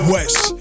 West